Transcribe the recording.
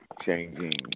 Changing